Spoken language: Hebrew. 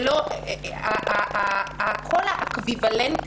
כל המקבילות